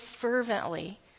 fervently